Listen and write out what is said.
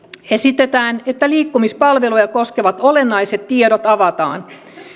esitetään että liikkumispalveluja koskevat olennaiset tiedot avataan